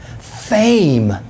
Fame